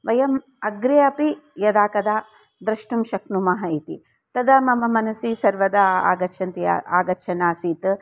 वयम् अग्रे अपि यदा कदा द्रष्टुं शक्नुमः इति तदा मम मनसि सर्वदा आगच्छन्ति आगच्छन् आसीत्